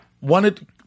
wanted